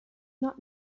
not